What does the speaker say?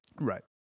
right